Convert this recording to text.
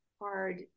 hard